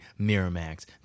Miramax